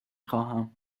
خواهم